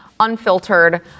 Unfiltered